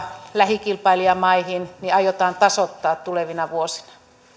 lähikilpailijamaihin aiotaan tasoittaa tulevina vuosina